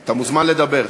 אתה מוזמן לדבר.